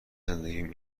زندگیم